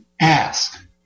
ask